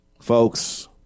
Folks